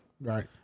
Right